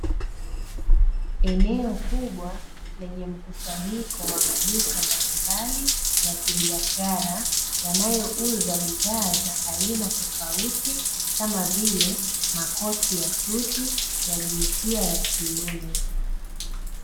Eneo kubwa lenye mkusanyiko wa maduka mbalimbali ya kibiashara, yanayouza bidhaa za aina tofauti kama vile makoti ya suti ya jinsia ya kiume.